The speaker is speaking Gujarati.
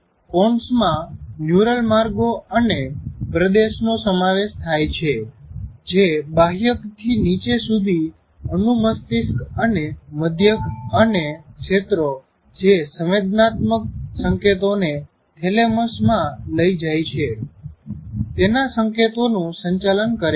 પોન્સ માં ન્યુરલ માર્ગો અને પ્રદેશનો સમાવેશ થાય છે જે બાહ્યક થી નીચે સુધી અનુ મસ્તિષ્ક અને મઘ્યક અને ક્ષેત્રો જે સંવેદનાત્મક સંકેતોને થેલેમસ માં લઇ જાઈ છે તેના સંકેતો નું સંચાલન કરે છે